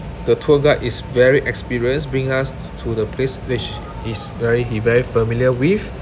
the tour guide is very experience bring us t~ to the place which h~ he's very he very familiar with